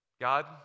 God